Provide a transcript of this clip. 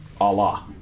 Allah